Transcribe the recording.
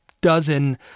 dozen